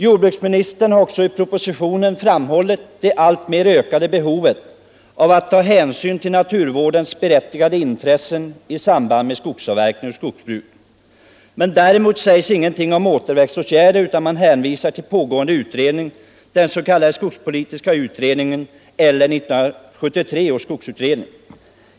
Jordbruksministern har också i propositionen framhållit det alltmer ökade behovet av att ta hänsyn till naturvårdens berättigade intressen i samband med skogsavverkning och skogsbruk. Däremot sägs ingenting om Ååterväxtåtgärder, utan man hänvisar till pågående utredning, den s.k. skogspolitiska utredningen eller 1973 års skogsutredning.